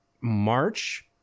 March